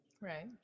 Right